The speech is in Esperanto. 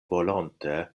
volonte